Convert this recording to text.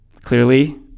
clearly